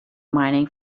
mining